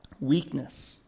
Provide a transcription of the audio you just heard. weakness